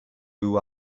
blue